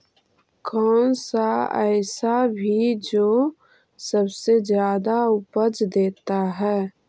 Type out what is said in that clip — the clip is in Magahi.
कौन सा ऐसा भी जो सबसे ज्यादा उपज देता है?